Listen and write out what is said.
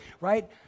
right